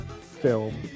film